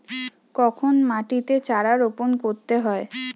কখন মাটিতে চারা রোপণ করতে হয়?